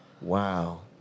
Wow